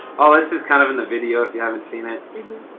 all this is kind of in the video if you haven't seen it,